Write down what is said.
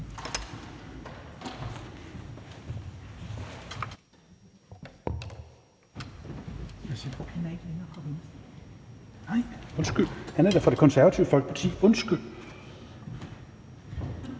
Undskyld, han er da fra Det Konservative Folkeparti. Undskyld.